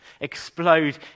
explode